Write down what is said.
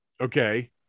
Okay